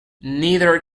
neither